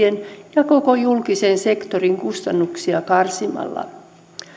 ja koko julkisen sektorin kustannuksia karsimalla